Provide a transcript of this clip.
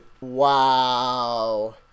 Wow